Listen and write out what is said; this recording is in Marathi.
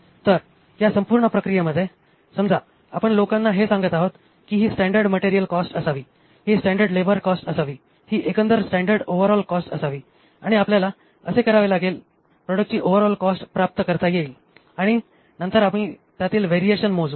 तर या संपूर्ण प्रक्रियेमध्ये समजा आपण लोकांना हे सांगत आहोत की ही स्टॅंडर्ड मटेरियल कॉस्ट असावी ही स्टॅंडर्ड लेबर कॉस्ट असावी ही एकंदर स्टॅंडर्ड ओव्हरऑल कॉस्ट असावी आणि आपल्याला असे करावे लागेल प्रॉडक्टची ओव्हरऑल कॉस्ट प्राप्त करता येईल आणि नंतर आम्ही त्यातील वेरिएशन मोजू